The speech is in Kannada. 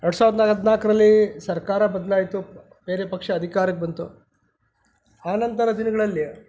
ಎರಡು ಸಾವಿರದ ಹದಿನಾಲ್ಕರಲ್ಲಿ ಸರ್ಕಾರ ಬದಲಾಯ್ತು ಬೇರೆ ಪಕ್ಷ ಅಧಿಕಾರಕ್ಕೆ ಬಂತು ಆನಂತರ ದಿನಗಳಲ್ಲಿ